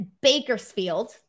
Bakersfield